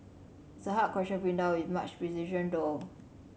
it's a hard question to pin down with much precision though